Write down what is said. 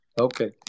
Okay